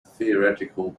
theoretical